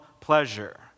pleasure